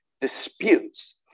disputes